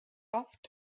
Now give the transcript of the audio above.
oft